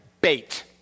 bait